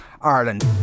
Ireland